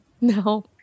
No